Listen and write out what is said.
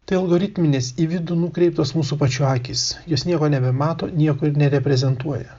tai algoritminės į vidų nukreiptos mūsų pačių akys jos nieko nebemato niekur nereprezentuoja